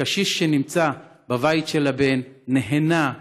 הקשיש שנמצא בבית של הבן נהנה מהנכדים,